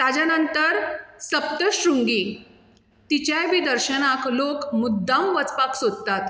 ताज्या नंतर सप्तश्रुंगी तिचेंय बी दर्शन हांव लोक मुद्दम वचपाक सोदतात